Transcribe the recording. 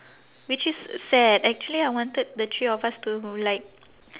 which is sad actually I wanted the three of us to like